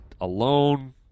alone